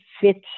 fits